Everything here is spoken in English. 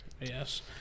yes